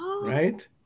right